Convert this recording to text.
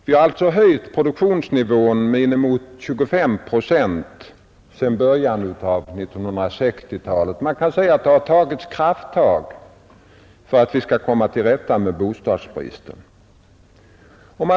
Vi har alltså höjt produktionsnivån med ungefär 25 procent sedan början av 1960-talet. Man kan verkligen säga att det har tagits krafttag för att komma till rätta med bostadsbristen.